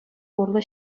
урлӑ